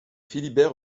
philibert